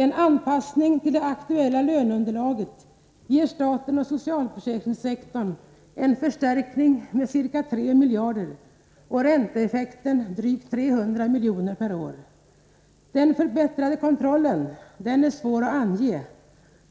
En anpassning till det aktuella löneunderlaget ger staten och socialförsäkringssektorn en förstärkning med ca 3 miljarder, och ränteeffekten blir drygt 300 miljoner per år. När det gäller den förbättrade kontrollen är det svårt att ange